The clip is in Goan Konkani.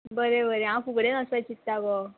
बरें बरें हांव फुगडेन वसपाचें चिंत्ता गो